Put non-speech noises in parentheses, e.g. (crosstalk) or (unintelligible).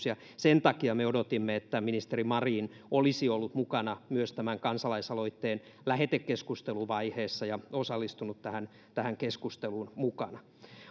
(unintelligible) ja sen takia me odotimme että ministeri marin olisi ollut mukana myös tämän kansalaisaloitteen lähetekeskusteluvaiheessa ja osallistunut tähän tähän keskusteluun